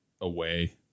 away